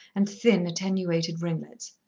and thin, attenuated ringlets.